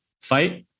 fight